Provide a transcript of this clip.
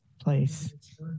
place